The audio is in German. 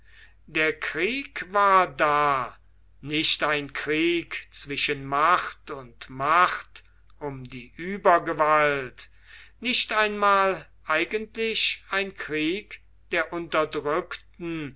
der krieg war da nicht ein krieg zwischen macht und macht um die übergewalt nicht einmal eigentlich ein krieg der unterdrückten